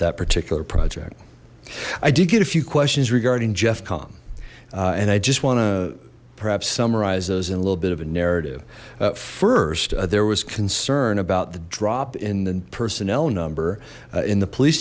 that particular project i did get a few questions regarding jeff comm and i just want to perhaps summarize those in a little bit of a narrative first there was concern about the drop in the personnel number in the police